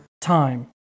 time